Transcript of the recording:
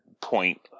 point